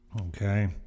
okay